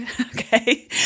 okay